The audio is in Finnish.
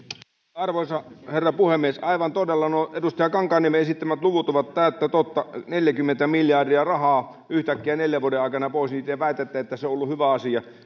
arvoisa herra puhemies aivan todella nuo edustaja kankaanniemen esittämät luvut ovat täyttä totta neljäkymmentä miljardia rahaa yhtäkkiä neljän vuoden aikana pois ja te väitätte että se on ollut hyvä asia